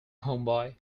homeboy